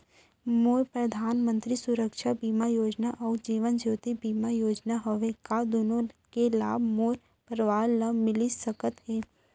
मोर परधानमंतरी सुरक्षा बीमा योजना अऊ जीवन ज्योति बीमा योजना हवे, का दूनो के लाभ मोर परवार ल मिलिस सकत हे?